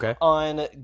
on